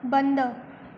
बंद